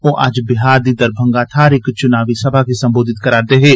ओह् अज्ज बिहार दी दरभंगा थाह्र इक चुनावी सभा गी संबोधित करा'रदे हे